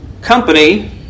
company